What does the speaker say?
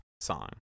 song